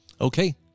Okay